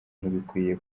ntibikwiye